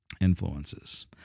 influences